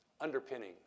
underpinning